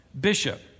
bishop